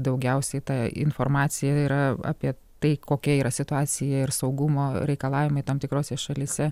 daugiausiai ta informacija yra apie tai kokia yra situacija ir saugumo reikalavimai tam tikrose šalyse